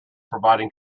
providing